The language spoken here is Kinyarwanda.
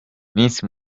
miss